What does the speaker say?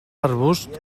arbusts